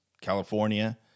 California